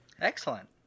Excellent